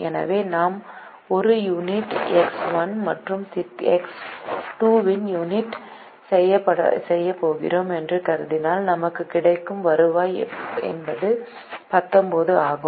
எனவே நாம் 1 unit X 1 மற்றும் எக்ஸ் 2 இன் 1 யூனிட் செய்யப் போகிறோம் என்று கருதினால் நமக்கு கிடைக்கும் வருவாய் என்பது 19 ஆகும்